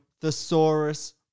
Thesaurus